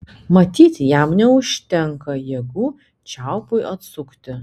matyt jam neužtenka jėgų čiaupui atsukti